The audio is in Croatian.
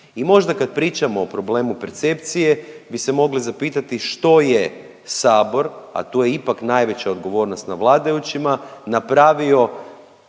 I možda kad pričamo o problemu percepcije bi se mogli zapitati što je Sabor, a tu je ipak najveća odgovornost na vladajućima napravio